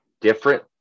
Different